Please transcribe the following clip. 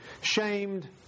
shamed